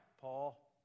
Paul